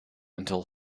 until